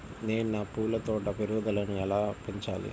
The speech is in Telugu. నేను నా పూల తోట పెరుగుదలను ఎలా పెంచాలి?